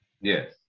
Yes